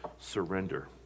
surrender